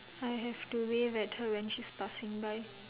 I have to wave at her when she's passing by